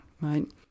right